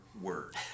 word